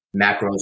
macros